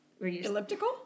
Elliptical